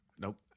Nope